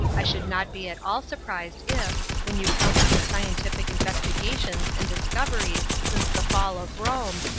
i should not be at all surprised if, when you counted the scientific investigations and discoveries since the fall of rome,